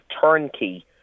turnkey